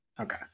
Okay